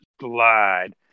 slide